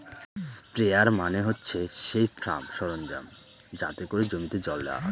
sprayer মানে হচ্ছে সেই ফার্ম সরঞ্জাম যাতে করে জমিতে জল দেওয়া হয়